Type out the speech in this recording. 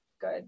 good